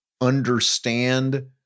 understand